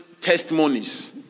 testimonies